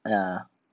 ya